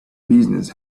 business